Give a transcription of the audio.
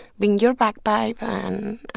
bring your bagpipe, and,